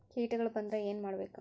ಕೇಟಗಳ ಬಂದ್ರ ಏನ್ ಮಾಡ್ಬೇಕ್?